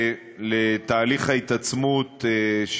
תיתנו לשר, בבקשה, להמשיך את דבריו.